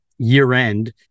year-end